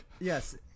yes